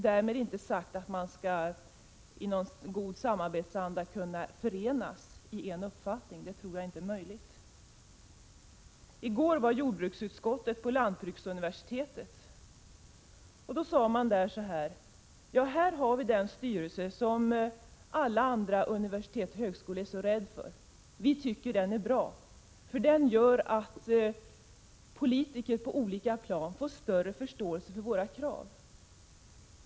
Därmed har jag inte sagt att de skall kunna förenas i en god samarbetsanda. Det tror jag inte är möjligt. I går besökte jordbruksutskottet lantbruksuniversitetet, och där sade man ungefär så här: Här har vi den styrelse som alla andra universitet och högskolor är så rädda för. Vi tycker att den är bra. Den gör nämligen att politiker på olika plan får större förståelse för våra krav.